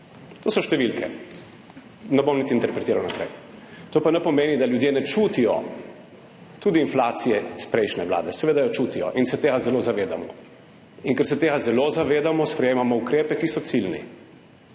To so številke, ne bom niti interpretiral naprej. To pa ne pomeni, da ljudje ne čutijo tudi inflacije iz prejšnje vlade, seveda jo čutijo in se tega zelo zavedamo. In ker se tega zelo zavedamo, sprejemamo ukrepe, ki so ciljni.